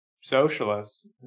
socialists